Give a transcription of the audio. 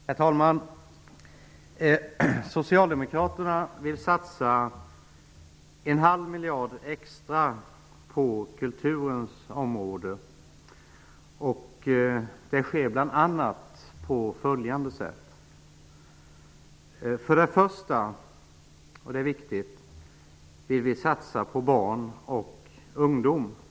Herr talman! Socialdemokraterna vill satsa en halv miljard extra på kulturens område. Det sker bl.a. 1. Vi vill satsa på barn och ungdom. Det är viktigt.